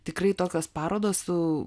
tikrai tokios parodos su